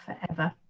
forever